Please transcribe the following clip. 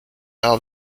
are